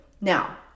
Now